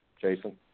Jason